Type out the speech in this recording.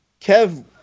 Kev